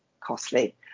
costly